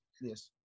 Yes